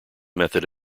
method